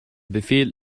befehl